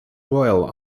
royal